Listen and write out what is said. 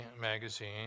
magazine